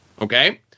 Okay